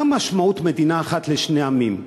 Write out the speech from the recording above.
מה המשמעות, מדינה אחת לשני עמים?